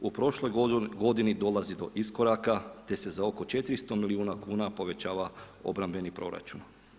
U prošloj godini dolazi do iskoraka, te se za oko 400 milijuna kuna povećava obrambeni proračun.